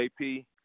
JP